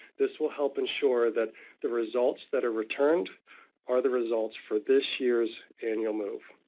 this will help ensure that the results that are returned are the results for this year's annual move.